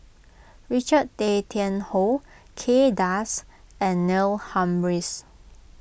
Richard Tay Tian Hoe Kay Das and Neil Humphreys